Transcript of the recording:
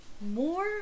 more